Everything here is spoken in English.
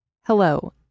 Hello